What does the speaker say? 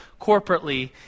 corporately